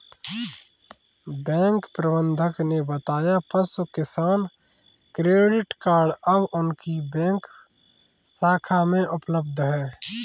bank प्रबंधक ने बताया पशु किसान क्रेडिट कार्ड अब उनकी बैंक शाखा में उपलब्ध है